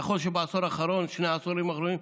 נכון שבעשור האחרון, בשני העשורים האחרונים,